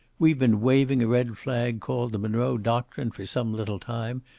we've been waving a red flag called the monroe doctrine for some little time,